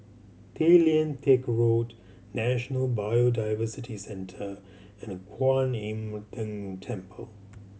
Tay Lian Teck Road National Biodiversity Centre and Kuan Im Tng Temple